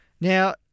Now